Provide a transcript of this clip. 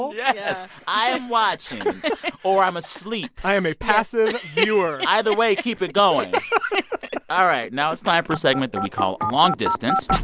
yeah yes. i am watching or i'm asleep i am a passive viewer either way, keep it going all right. now it's time for a segment that we call long distance.